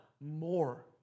more